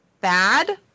bad